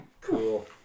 Cool